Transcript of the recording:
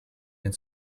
and